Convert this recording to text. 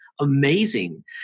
amazing